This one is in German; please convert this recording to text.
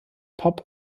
pop